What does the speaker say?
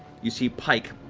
you see pike,